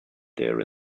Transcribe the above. there